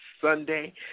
Sunday